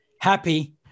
happy